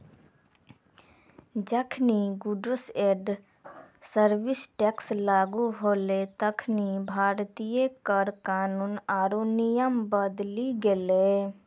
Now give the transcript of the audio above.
जखनि goods and service tax लागू होलै तखनि भारतीय कर कानून आरु नियम बदली गेलै